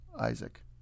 Isaac